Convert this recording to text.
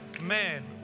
man